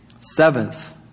Seventh